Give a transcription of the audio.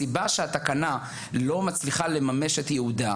הסיבה שהתקנה לא מצליחה לממש את ייעודה,